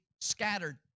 scattered